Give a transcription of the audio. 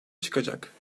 çıkacak